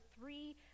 three